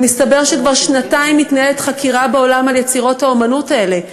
ומסתבר שכבר שנתיים מתנהלת חקירה בעולם על יצירות האמנות האלה,